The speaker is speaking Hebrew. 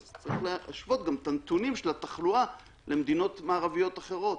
אז צריך להשוות גם את הנתונים של התחלואה למדינות מערביות אחרות.